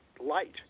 light